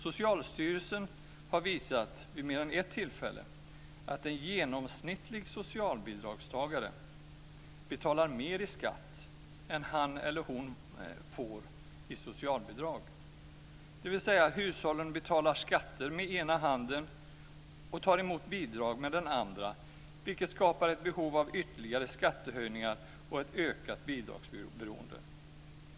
Socialstyrelsen har vid mer än ett tillfälle visat att en genomsnittlig socialbidragstagare betalar mer i skatt än han eller hon får i socialbidrag, dvs. att hushållen betalar skatter med ena handen och tar emot bidrag med den andra, vilket skapar ett behov av ytterligare skattehöjningar och ett ökat bidragsberoende.